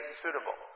suitable